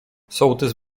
sołtys